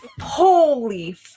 Holy